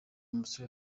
musore